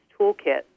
toolkit